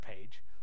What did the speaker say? page